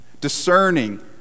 Discerning